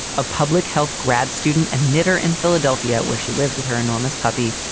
a public health grad student and knitter in philadelphia, where she lives with her enormous puppy,